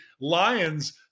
lion's